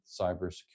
cybersecurity